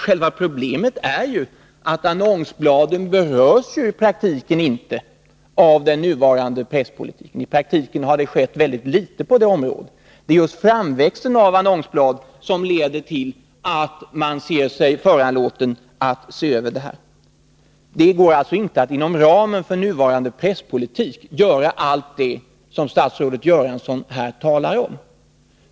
Själva problemet är ju att annonsbladen i praktiken inte berörs av den nuvarande presspolitiken. I praktiken har det skett väldigt litet på det området. Det är just framväxten av annonsblad som leder till att man ser sig föranlåten att se över detta. Det går alltså inte att inom ramen för nuvarande presspolitik göra allt det som statsrådet Göransson här talar om.